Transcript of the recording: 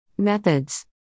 Methods